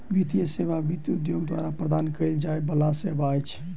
वित्तीय सेवा वित्त उद्योग द्वारा प्रदान कयल जाय बला सेवा अछि